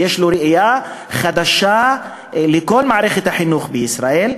ויש לו ראייה חדשה של כל מערכת החינוך בישראל,